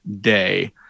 day